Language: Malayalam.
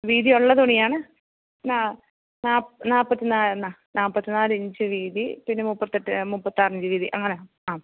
വീതിയുള്ള തുണിയാണ് നാ നാല്പത്തി നാല്പത്തിനാലിഞ്ച് വീതി പിന്നെ മുപ്പത്തെട്ട് മുപ്പത്താറിഞ്ച് വീതി അങ്ങനെ ആ